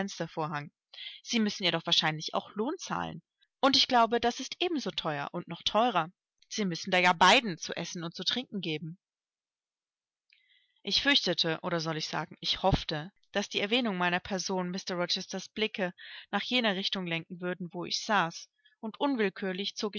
sie müssen ihr doch wahrscheinlich auch lohn zahlen und ich glaube das ist ebenso teuer und noch teurer sie müssen da ja beiden zu essen und zu trinken geben ich fürchtete oder soll ich sagen ich hoffte daß die erwähnung meiner person mr rochesters blicke nach jener richtung lenken würden wo ich saß und unwillkürlich